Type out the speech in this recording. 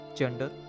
gender